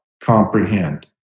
comprehend